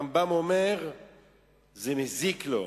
הרמב"ם אומר שזה מזיק לו.